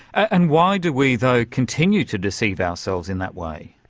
and why do we, though, continue to deceive ourselves in that way?